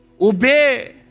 Obey